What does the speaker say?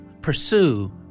Pursue